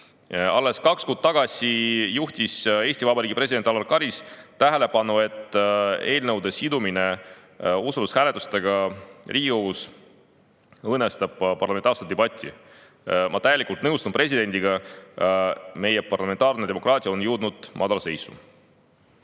Alles kaks kuud tagasi juhtis Eesti Vabariigi president Alar Karis tähelepanu sellele, et eelnõude sidumine usaldushääletusega Riigikogus õõnestab parlamentaarset debatti. Ma täielikult nõustun presidendiga. Meie parlamentaarne demokraatia on jõudnud madalseisu. Ja